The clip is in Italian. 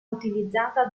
utilizzata